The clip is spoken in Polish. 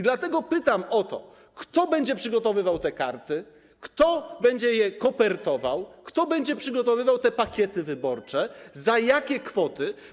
Dlatego pytam o to, kto będzie przygotowywał te karty, kto będzie je kopertował, kto będzie przygotowywał te pakiety wyborcze, za jakie kwoty.